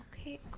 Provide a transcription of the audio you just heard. Okay